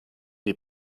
die